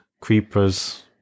creepers